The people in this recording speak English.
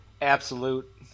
Absolute